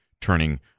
turning